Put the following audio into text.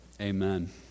Amen